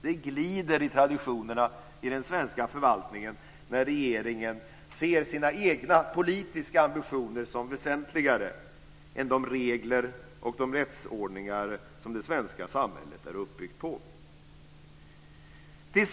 Det glider i traditionerna i den svenska förvaltningen när regeringen ser sina egna politiska ambitioner som väsentligare än de regler och rättsordningar som det svenska samhället är uppbyggt på. Fru talman!